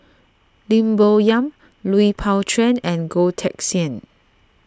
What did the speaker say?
Lim Bo Yam Lui Pao Chuen and Goh Teck Sian